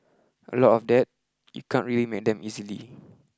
a lot of that you can't really make them easily